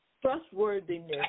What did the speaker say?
trustworthiness